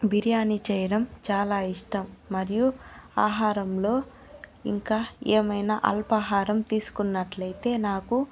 బిర్యానీ చేయడం చాలా ఇష్టం మరియు ఆహారంలో ఇంకా ఏమైనా అల్పాహారం తీసుకున్నట్లయితే నాకు